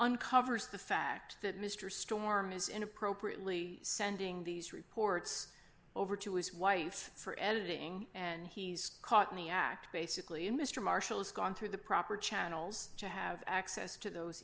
uncovers the fact that mr storm is in appropriately sending these reports over to his wife for editing and he's caught me act basically and mr marshall is gone through the proper channels to have access to those